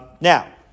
Now